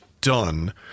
done